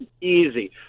Easy